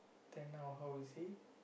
then now how is he